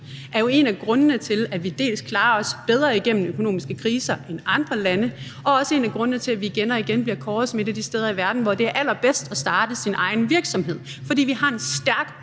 nu, jo en af grundene til, at vi klarer os bedre i økonomiske kriser end andre lande, og også en af grundene til, at vi igen og igen bliver kåret som et af de steder i verden, hvor det er allerbedst at starte sin egen virksomhed. Vi har en stærk